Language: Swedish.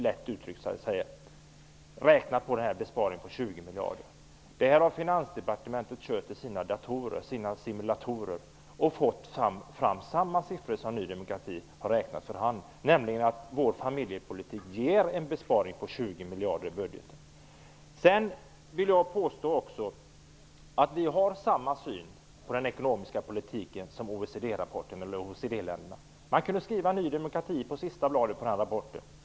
Det roliga är att Finansdepartementet har kört materialet i sina simulatorer och fått fram samma siffror, nämligen att Ny demokratis familjepolitik ger en besparing på 20 miljarder i budgeten. Jag vill påstå att vi har samma syn på den ekonomiska politiken som OECD-länderna. Man skulle kunna skriva Ny demokrati på sista bladet i den rapporten.